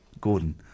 Gordon